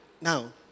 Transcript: now